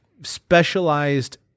specialized